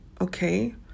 okay